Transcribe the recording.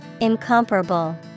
Incomparable